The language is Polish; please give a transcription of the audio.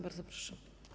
Bardzo proszę.